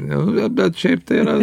na bet šiaip tai yra